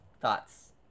thoughts